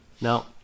Now